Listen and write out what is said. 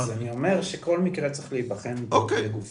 אז אני אומר שכל מקרה צריך להבחן לגופו,